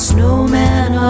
Snowman